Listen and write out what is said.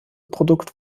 produkt